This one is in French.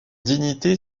dignité